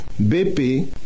BP